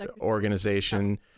organization